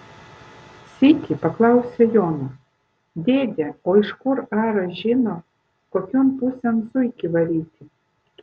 sykį paklausė jono dėde o iš kur aras žino kokion pusėn zuikį varyti